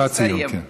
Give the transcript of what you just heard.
משפט סיום, כן.